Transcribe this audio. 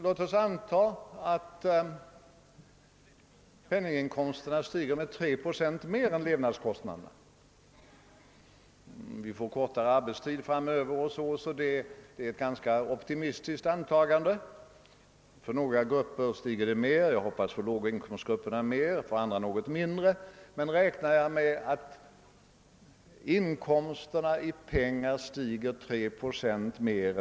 Låt oss anta att penninginkomsterna stiger med 3 procent mer än levnadskostnaderna; man får kortare arbetstid framöver 0. s. v., så det är ett ganska optimistiskt antagande. För några grupper stiger inkomsterna mer — jag hoppas att det blir för låginkomstgrupperna — och för andra något mindre.